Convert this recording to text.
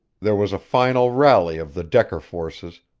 there was a final rally of the decker forces,